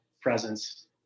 presence